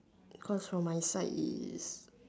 cause from my side is